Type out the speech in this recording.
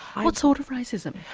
what sort of racism?